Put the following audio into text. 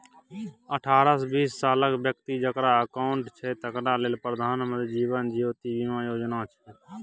अठारहसँ बीस सालक बेकती जकरा अकाउंट छै तकरा लेल प्रधानमंत्री जीबन ज्योती बीमा योजना छै